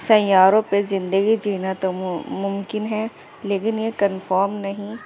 سیّاروں پہ زندگی جینا تو ممکن ہے لیکن یہ کنفرم نہیں